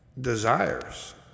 desires